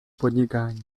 podnikání